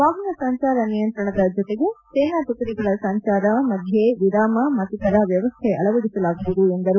ವಾಹನ ಸಂಚಾರ ನಿಯಂತ್ರಣದ ಜೊತೆಗೆ ಸೇನಾ ತುಕಡಿಗಳ ಸಂಚಾರ ಮಧ್ಯೆ ವಿರಾಮ ಮತ್ತಿತರ ವ್ಣವಸ್ಥೆ ಅಳವಡಿಸಲಾಗುವುದು ಎಂದರು